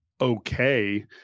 okay